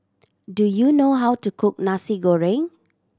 do you know how to cook Nasi Goreng